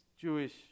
Jewish